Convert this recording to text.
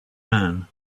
man